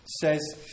says